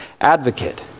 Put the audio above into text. advocate